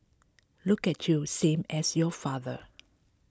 look at you same as your father